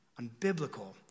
unbiblical